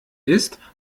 ist